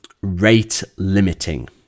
rate-limiting